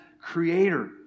creator